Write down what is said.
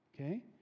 Okay